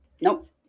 Nope